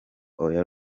oya